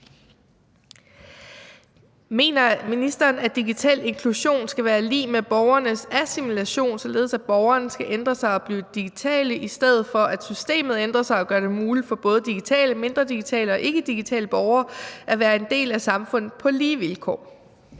Mener ministeren, at digital inklusion skal være lig med borgernes assimilation, således at borgerne skal ændre sig og blive digitale, i stedet for at systemet ændrer sig og gør det muligt for både digitale, mindre digitale og ikkedigitale borgere at være en del af samfundet på lige vilkår?